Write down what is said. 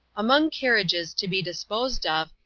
among carriages to be disposed of,